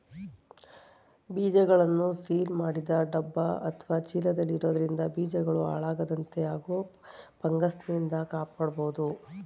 ಬೀಜಗಳನ್ನು ಸೀಲ್ ಮಾಡಿದ ಡಬ್ಬ ಅತ್ವ ಚೀಲದಲ್ಲಿ ಇಡೋದ್ರಿಂದ ಬೀಜಗಳು ಹಾಳಾಗದಂತೆ ಹಾಗೂ ಫಂಗಸ್ನಿಂದ ಕಾಪಾಡ್ಬೋದು